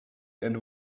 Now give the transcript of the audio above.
and